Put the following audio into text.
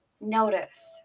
Notice